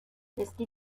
misty